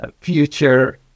future